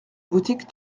boutique